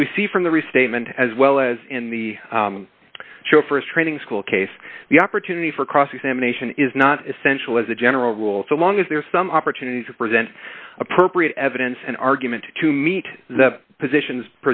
as we see from the restatement as well as in the first training school case the opportunity for cross examination is not essential as a general rule so long as there are some opportunities present appropriate evidence and argument to meet the positions